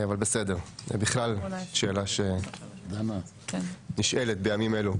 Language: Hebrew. זאת שאלה שנשאלת בימים אלו.